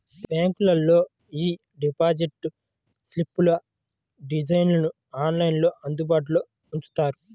బ్యాంకులోళ్ళు యీ డిపాజిట్ స్లిప్పుల డిజైన్లను ఆన్లైన్లో అందుబాటులో ఉంచుతారు